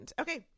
Okay